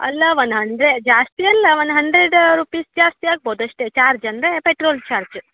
ಅಲ್ಲ one hundred ಜಾಸ್ತಿ ಅಲ್ಲ ಒನ್ ಹಂಡ್ರೆಡ್ ರುಪೀಸ್ ಜಾಸ್ತಿ ಆಗ್ಬೋದು ಅಷ್ಟೇ ಚಾರ್ಜ್ ಅಂದರೆ ಪೆಟ್ರೋಲ್ ಚಾರ್ಜ್